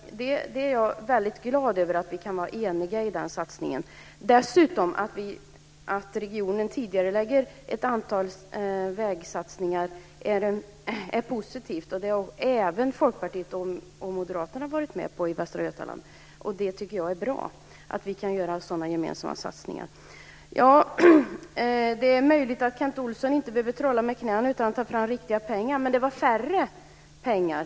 Jag är glad över att vi är eniga i den satsningen. Det är dessutom positivt att regionen tidigarelägger ett antal vägsatsningar. Det har även Folkpartiet och Moderaterna i Västra Götaland varit med på. Det är bra att vi kan göra sådana gemensamma satsningar. Det är möjligt att Kent Olsson inte behöver trolla med knäna för att ta fram riktiga pengar. Men det var färre pengar.